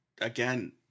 again